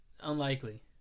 unlikely